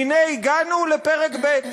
והנה, הגענו לפרק ב',